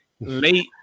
late